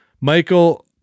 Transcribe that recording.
Michael